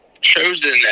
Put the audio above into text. chosen